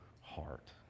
heart